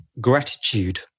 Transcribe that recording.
gratitude